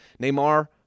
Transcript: Neymar